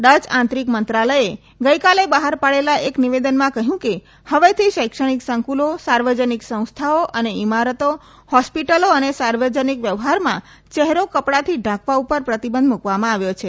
Dutch આંતરીક મંત્રાલયે ગઇકાલે બહાર પાડેલા એક નિવેદનમાં કહ્યું કે હવેથી શૈક્ષણિ સંકુલો સાર્વજનિક સંસ્થાઓ અને ઇમારતો હોસ્પીટલો અને સાર્વજનીક વાહનવ્યવહારમાં યહેરો કપડાથી ઢાકવા પર પ્રતિબંધ મૂકવામાં આવ્યો છે